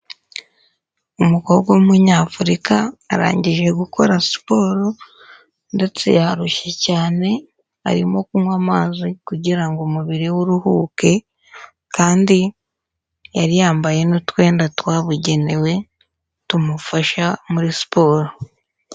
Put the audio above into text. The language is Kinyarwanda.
Umukobwa w'umunyafurika arangije gukora siporo ndetse yarushye cyane, arimo kunywa amazi kugira ngo umubiri we uruhuke kandi yari yambaye n'utwenda twabugenewe, tumufasha muri siporo.